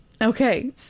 Okay